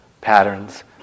patterns